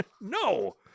No